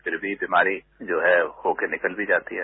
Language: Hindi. छिर यी बीमारी जो है हो के निकल मी जाती है